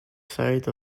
side